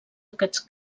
aquests